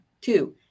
Two